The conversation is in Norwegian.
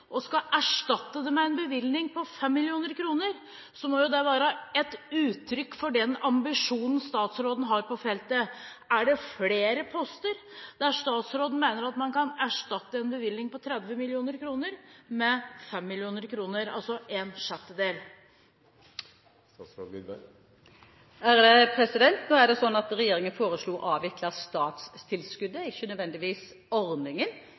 og skal erstatte det med en bevilgning på 5 mill. kr, må jo det være et uttrykk for den ambisjonen statsråden har på feltet. Er det flere poster der statsråden mener at man kan erstatte en bevilgning på 30 mill. kr med en på 5 mill. kr, altså en sjettedel? Nå er det sånn at regjeringen foreslo å avvikle statstilskuddet, ikke nødvendigvis ordningen.